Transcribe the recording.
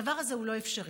הדבר הזה הוא לא אפשרי.